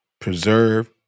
preserve